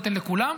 ניתן לכולם.